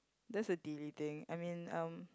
that's a delay thing I mean um